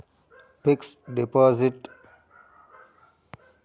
fix deposit ಎಸ್ಟ ರೊಕ್ಕ ಇಟ್ಟಿರ್ತಿವಿ ಅದುರ್ ಮೇಲೆ ಬಡ್ಡಿ ಕೊಡತಾರ